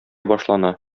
башлана